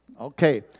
Okay